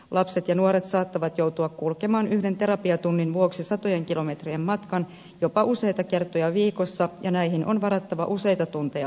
lapset ja nuoret saattavat joutua kulkemaan yhden terapiatunnin vuoksi satojen kilometrien matkan jopa useita kertoja viikossa ja näihin on varattava useita tunteja aikaa